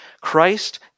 Christ